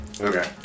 Okay